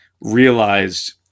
realized